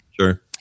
Sure